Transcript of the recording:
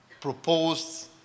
proposed